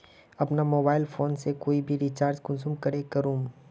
अपना mobile phone से कोई भी रिचार्ज कुंसम करे करूम?